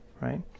right